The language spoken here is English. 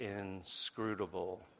inscrutable